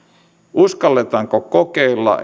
uskalletaanko kokeilla